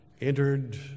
entered